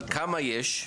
אבל כמה יש?